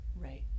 Right